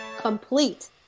complete